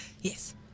yes